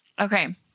Okay